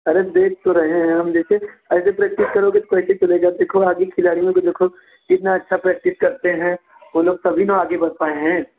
अरे देख तो रहे हैं हम जैसे ऐसे प्रेक्टिस करोगे तो कैसे चलेगा देखो और भी खिलाड़ियों को देखो कितना अच्छा प्रेक्टिस करते हैं वो लोग तभी ना आगे बढ़ पाए हैं